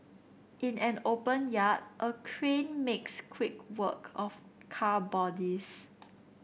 in an open yard a crane makes quick work of car bodies